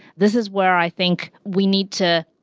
this is where i think we need to,